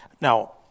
Now